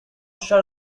shut